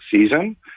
season